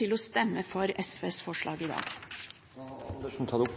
til å stemme for SVs forslag i dag. Representanten Karin Andersen har tatt opp